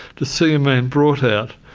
to see a man brought out